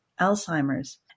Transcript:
Alzheimer's